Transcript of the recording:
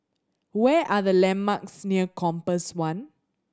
where are the landmarks near Compass One